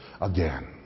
again